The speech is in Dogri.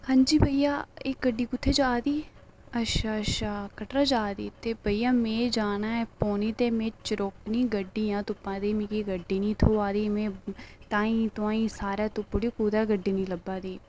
हंजी भैया एह् गड्डी कुत्थै जारदी अच्छा अच्छा कटरा जारदी ते भैया में जाना ऐ पौनी ते में चरोकनी गड्डी आं तुप्पा दी मिगी गड्डी नेईं थ्होआ दी में ताहीं तुआहीं सारै तुप्पी ओड़ी पर कुतै गड्डी नेईं लब्भा दी